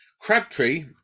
Crabtree